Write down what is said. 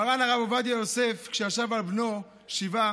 מרן הרב עובדיה יוסף, כשישב על בנו שבעה,